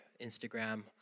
Instagram